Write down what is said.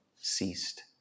ceased